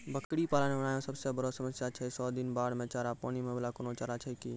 बकरी पालन मे हमरा यहाँ सब से बड़ो समस्या छै सौ दिन बाढ़ मे चारा, पानी मे होय वाला कोनो चारा छै कि?